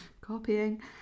copying